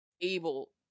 able